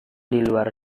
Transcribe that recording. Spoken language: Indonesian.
diluar